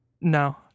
no